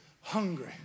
hungry